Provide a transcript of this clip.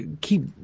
keep